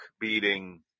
beating